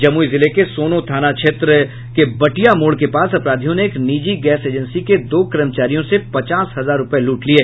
जमुई जिले के सोनो थाना क्षेत्र के बटिया मोड़ के पास अपराधियों ने एक निजी गैस एजेंसी के दो कर्मचारियों से पचास हजार रूपये लूट लिये